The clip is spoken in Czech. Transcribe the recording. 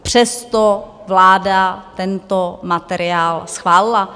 Přesto vláda tento materiál schválila.